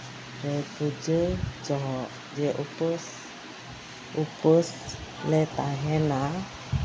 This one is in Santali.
ᱨᱮ ᱯᱩᱡᱟᱹ ᱡᱚᱠᱷᱚᱱ ᱡᱮ ᱩᱯᱟᱹᱥ ᱩᱯᱟᱹᱥᱞᱮ ᱛᱟᱦᱮᱱᱟ